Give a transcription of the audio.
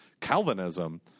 Calvinism